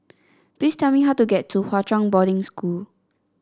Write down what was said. please tell me how to get to Hwa Chong Boarding School